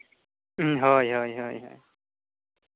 ᱦᱳᱭ ᱦᱳᱭ ᱦᱳᱭ